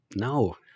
No